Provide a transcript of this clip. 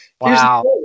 Wow